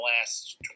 last